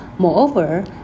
Moreover